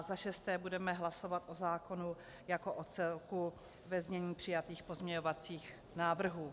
Za šesté budeme hlasovat o zákonu jako o celku ve znění přijatých pozměňovacích návrhů.